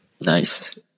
Nice